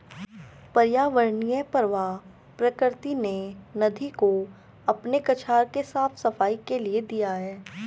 पर्यावरणीय प्रवाह प्रकृति ने नदी को अपने कछार के साफ़ सफाई के लिए दिया है